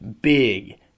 big